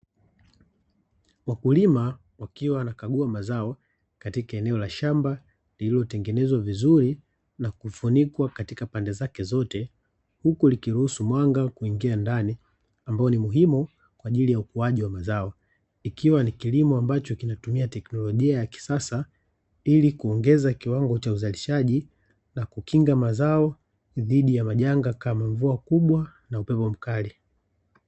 Wakulima wakiwa wanakagua mazao katika eneo la shamba lililotengenezwa vizuri na kufunikwa katika pande zake zote, huku likiruhusu mwanga kuingia ndani ambao ni muhimu kwa ajili ya ukuaji wa mazao. Ikiwa ni kilimo ambacho kinatumia teknolojia ya kisasa ili kuongeza kiwango cha uzalishaji na kukinga mazao dhidi ya majanga, kama mvua kubwa na upepo mkali.